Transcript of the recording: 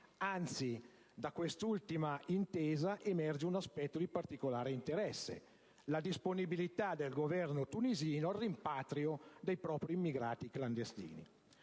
Anzi, da quest'ultima intesa emerge un aspetto di particolare interesse: la disponibilità del Governo tunisino al rimpatrio dei propri immigrati clandestini.